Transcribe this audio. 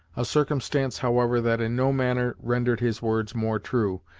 a circumstance however that in no manner rendered his words more true,